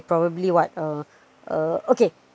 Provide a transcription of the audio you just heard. probably what uh uh okay